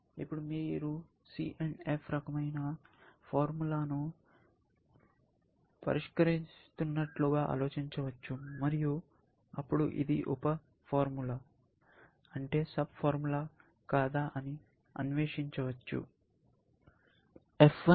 ఇప్పుడు మీరు C F రకమైన ఫార్ములాను పరిష్కరిస్తున్నట్లుగా ఆలోచించవచ్చు మరియు అప్పుడు ఇది ఉప ఫార్ములా కాదా అని అన్వేషించవచ్చు